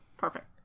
perfect